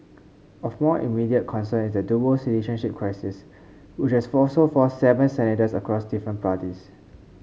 of more immediate concern is the dual citizenship crisis which has also forced out seven senators across different parties